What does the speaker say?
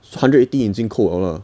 so hundred and eighty 已经扣了啦